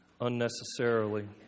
unnecessarily